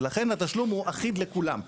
ולכן התשלום הוא אחיד לכולם.